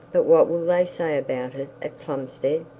but what will they say about it at plumstead